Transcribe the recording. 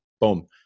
boom